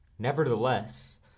Nevertheless